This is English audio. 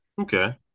Okay